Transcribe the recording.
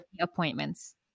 appointments